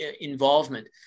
involvement